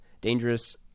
dangerous